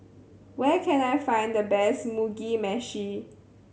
where can I find the best Mugi Meshi